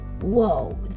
whoa